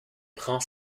prend